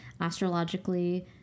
Astrologically